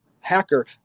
hacker